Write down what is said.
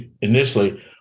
initially